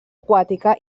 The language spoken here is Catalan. aquàtica